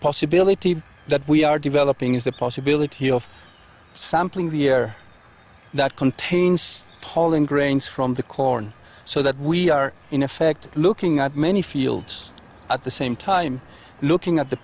possibility that we are developing is the possibility of sampling the air that contains pollen grains from the corn so that we are in effect looking at many fields at the same time looking at the